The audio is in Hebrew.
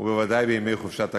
ובוודאי בימי חופשת הקיץ.